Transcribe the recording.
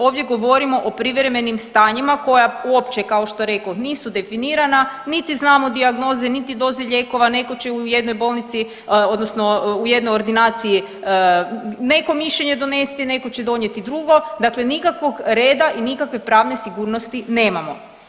Ovdje govorimo o privremenim stanjima koja uopće kao što rekoh nisu definirana niti znamo dijagnoze, niti doze lijekova, neko će u jednoj bolnici odnosno u jednoj ordinaciji neko mišljenje donesti, neko će donijeti drugo, dakle nikakvog reda i nikakve pravne sigurnosti nemamo.